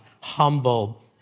humble